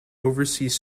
overseas